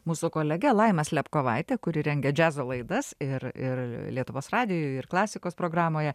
mūsų kolege laima slepkovaite kuri rengia džiazo laidas ir ir lietuvos radijuj ir klasikos programoje